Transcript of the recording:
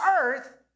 earth